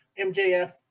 MJF